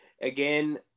Again